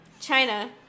China